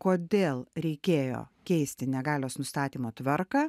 kodėl reikėjo keisti negalios nustatymo tvarką